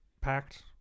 packed